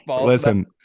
Listen